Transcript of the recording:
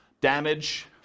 Damage